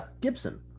Gibson